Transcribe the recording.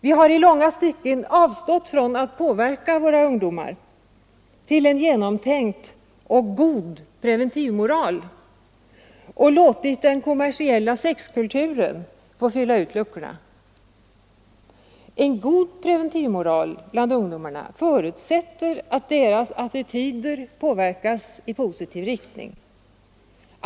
Vi har i långa stycken avstått från att påverka våra ungdomar till en genomtänkt och god preventivmoral och låtit den kommersiella sexkulturen få fylla ut luckorna. En god preventivmoral bland ungdomarna förutsätter att deras attityder påverkas i positiv riktning.